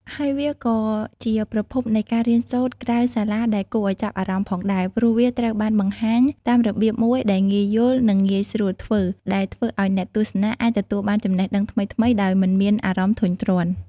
ហើយវាក៏ជាប្រភពនៃការរៀនសូត្រក្រៅសាលាដែលគួរឲ្យចាប់អារម្មណ៍ផងដែរ ព្រោះវាត្រូវបានបង្ហាញតាមរបៀបមួយដែលងាយយល់ និងងាយស្រួសធ្វើ ដែលធ្វើឲ្យអ្នកទស្សនាអាចទទួលបានចំណេះដឹងថ្មីៗដោយមិនមានអារម្មណ៍ធុញទ្រាន់។